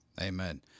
amen